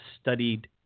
studied